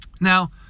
Now